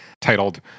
titled